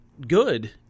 good